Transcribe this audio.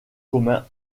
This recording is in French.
commun